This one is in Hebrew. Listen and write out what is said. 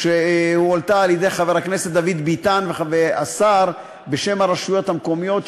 שהועלתה על-ידי חבר הכנסת דוד ביטן והשר בשם הרשויות המקומיות,